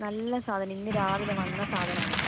നല്ല സാധനം ഇന്ന് രാവിലെ വന്ന സാധനമാണിത്